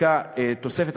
דקה תוספת,